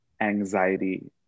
anxiety